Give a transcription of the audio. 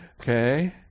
Okay